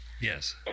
Yes